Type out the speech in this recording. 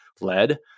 led